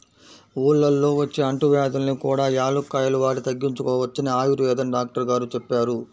ఊళ్ళల్లో వచ్చే అంటువ్యాధుల్ని కూడా యాలుక్కాయాలు వాడి తగ్గించుకోవచ్చని ఆయుర్వేదం డాక్టరు గారు చెప్పారు